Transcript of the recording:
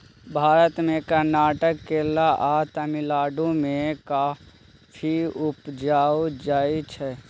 भारत मे कर्नाटक, केरल आ तमिलनाडु मे कॉफी उपजाएल जाइ छै